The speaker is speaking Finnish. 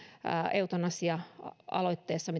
eutanasia aloitteessa